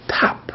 top